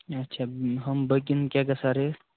اچھا ہُم باقِیَن کیٛاہ گژھان ریٹ